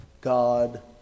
God